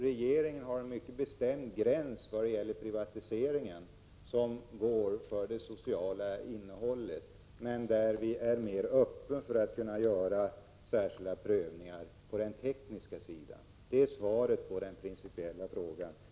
Regeringen sätter en mycket bestämd gräns vad gäller privatiseringen, och den går vid det sociala innehållet, medan vi är mera öppna för att göra särskilda prövningar på den tekniska sidan. Det är svaret på den principiella frågan.